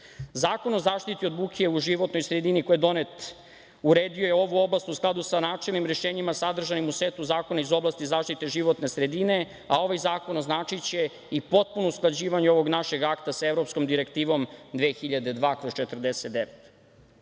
buke. Zakon o zaštiti od buke u životnoj sredini, koji je donet, uredio je ovu oblast u skladu sa načelnim rešenjima sadržanim u setu zakona iz oblasti zaštite životne sredine, a ovaj zakon označiće i potpuno usklađivanje ovog našeg akta sa Evropskom direktivom 2002/49.Zato